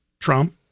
trump